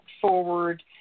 forward